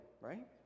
Right